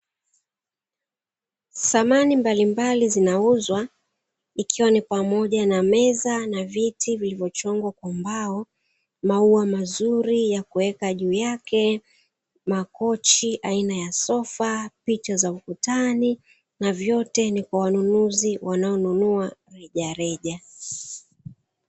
Samani mbalimbali zinauzwa, ikiwa ni pamoja na: meza na viti vilivyochongwa kwa mbao, maua mazuri ya kuweka juu yake, makochi aina ya sofa, picha za ukutani; na vyote ni kwa wanunuzi wanaonunua rejareja.